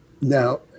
now